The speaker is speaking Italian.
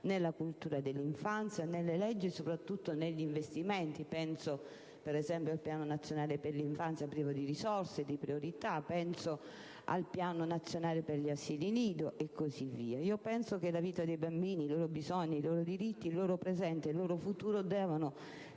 nella cultura dell'infanzia, nelle leggi e soprattutto negli investimenti. Penso, per esempio, al Piano nazionale per l'infanzia, privo di risorse e priorità, o al Piano nazionale per gli asili nido. La vita dei bambini, i loro bisogni, i loro diritti, il loro presente e il loro futuro devono